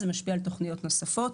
זה משפיע על תוכניות נוספות.